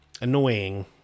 Annoying